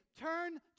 Turn